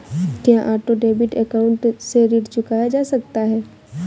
क्या auto debit account से ऋण चुकाया जा सकता है?